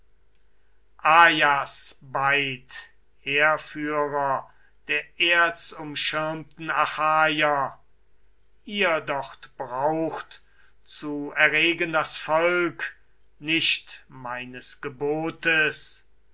heerführer der erzumschirmten achaier ihr dort braucht zu erregen das volk nicht meines gebotes